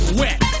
wet